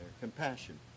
compassion